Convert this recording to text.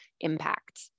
impact